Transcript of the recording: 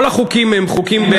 כל החוקים הם חוקים,